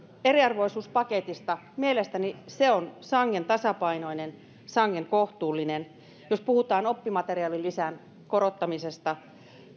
eriarvoisuuspaketista mielestäni se on sangen tasapainoinen sangen kohtuullinen samoin jos puhutaan oppimateriaalilisän korottamisesta